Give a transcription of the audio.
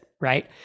right